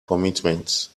commitments